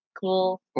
cool